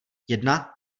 jedna